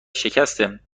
شکست